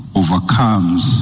overcomes